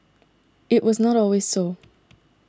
it was not always so